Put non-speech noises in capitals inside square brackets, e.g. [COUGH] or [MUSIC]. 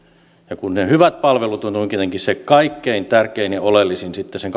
ja ne hyvät palvelut ovat ovat tietenkin se kaikkein tärkein ja oleellisin asia sitten sen [UNINTELLIGIBLE]